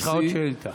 יש לך עוד שאילתה.